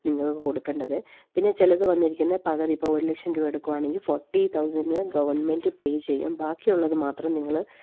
നിങ്ങള്ക്ക് കൊടുക്കേണ്ടത് പിന്നെ ചിലത് വന്നിരിക്കുന്നത് പകുതി ഇപ്പോള് ഒരു ലക്ഷം രൂപ എടുക്കുകയാണെങ്കില് ഫോർട്ടി തൗസൻഡ് ഗവൺമെൻറ് പേ ചെയ്യും ബാക്കിയുള്ളത് മാത്രം നിങ്ങള്